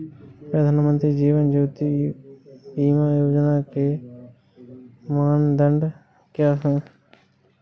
प्रधानमंत्री जीवन ज्योति बीमा योजना के मानदंड क्या हैं?